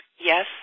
Yes